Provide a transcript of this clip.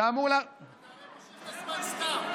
זה אמור, אתה מושך את הזמן סתם.